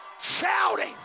Shouting